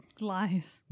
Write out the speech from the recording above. Lies